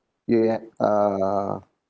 you ha~ uh